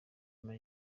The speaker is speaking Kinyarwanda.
ama